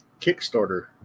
kickstarter